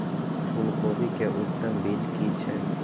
फूलकोबी के उत्तम बीज की छै?